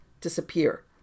disappear